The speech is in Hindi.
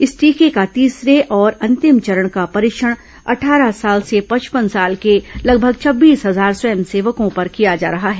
इस टीके का तीसरे और अंतिम चरण का परीक्षण अट्टारह साल से पचपन साल के लगभग छब्बीस हजार स्वयं सेवकों पर किया जा रहा है